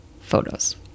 photos